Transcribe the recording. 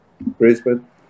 Brisbane